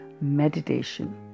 meditation